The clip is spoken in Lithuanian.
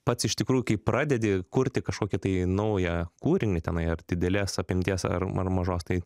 pats iš tikrųjų kai pradedi kurti kažkokį tai naują kūrinį tenai ar didelės apimties ar ar mažos tai